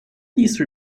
these